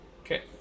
Okay